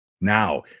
Now